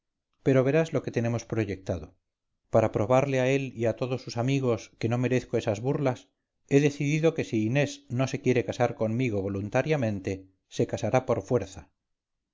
pero verás lo que tenemos proyectado para probarle a él y a todos sus amigos que no merezco esas burlas he decidido que si inés no se quiere casar conmigo voluntariamente se casará por fuerza